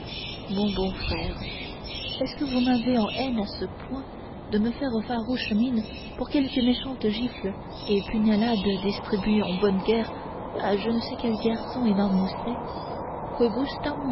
mon bon frère est-ce que vous m'avez en haine à ce point de me faire farouche mine pour quelques méchantes gifles et pugnalades distribuées en bonne guerre à je ne sais quels garçons et